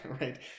right